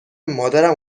مادرم